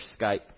Skype